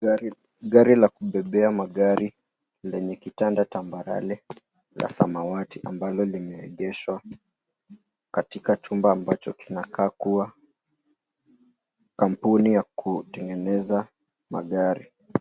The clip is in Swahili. Gari la kubebea magari lenye kitanda tambarare la samawati ambalo limeegeshwa katika chumba ambacho kinakaa kuwa kampuni ya kutengeneza magari.